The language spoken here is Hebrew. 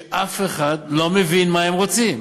אף אחד לא מבין מה הם רוצים.